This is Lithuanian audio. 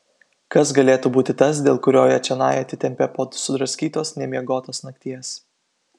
kas galėtų būti tas dėl kurio ją čionai atitempė po sudraskytos nemiegotos nakties